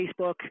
Facebook